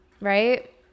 right